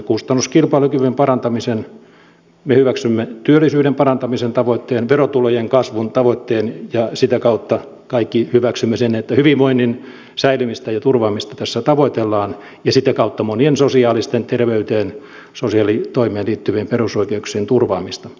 kustannuskilpailukyvyn parantamisen me hyväksymme työllisyyden parantamisen tavoitteen verotulojen kasvun tavoitteen ja sitä kautta kaikki hyväksymme sen että hyvinvoinnin säilymistä ja turvaamista tässä tavoitellaan ja sitä kautta monien sosiaalisten terveyteen sosiaalitoimeen liittyvien perusoikeuksien turvaamista